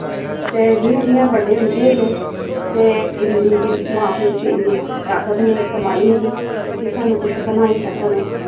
ते जि'यां जि'यां बड्डे होंदे गे ते इयां गै मा प्यो च इन्नी ताकत नी कमाई नी ही कि स्हानू कुछ बनाई सकन